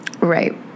Right